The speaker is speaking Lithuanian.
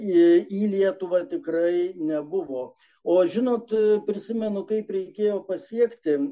į į lietuvą tikrai nebuvo o žinot prisimenu kaip reikėjo pasiekti